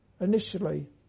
initially